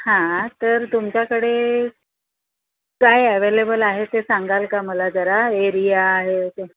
हां तर तुमच्याकडे काय ॲवेलेबल आहे ते सांगाल का मला जरा एरिया हे ते